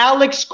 Alex